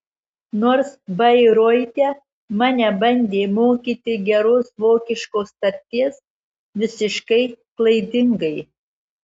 nors bairoite mane bandė mokyti geros vokiškos tarties visiškai klaidingai